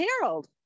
Harold